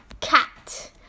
cat